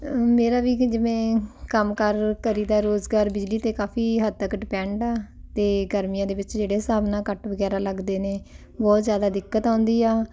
ਮੇਰਾ ਵੀ ਕਿ ਜਿਵੇਂ ਕੰਮ ਕਾਰ ਕਰੀ ਦਾ ਰੋਜ਼ਗਾਰ ਬਿਜਲੀ 'ਤੇ ਕਾਫੀ ਹੱਦ ਤੱਕ ਡਿਪੈਂਡ ਆ ਅਤੇ ਗਰਮੀਆਂ ਦੇ ਵਿੱਚ ਜਿਹੜੇ ਹਿਸਾਬ ਨਾਲ ਕੱਟ ਵਗੈਰਾ ਲੱਗਦੇ ਨੇ ਬਹੁਤ ਜ਼ਿਆਦਾ ਦਿੱਕਤ ਆਉਂਦੀ ਆ